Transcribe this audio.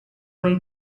way